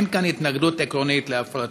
אין כאן התנגדות עקרונית להפרטות,